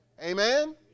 Amen